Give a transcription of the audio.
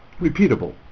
repeatable